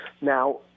Now